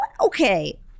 okay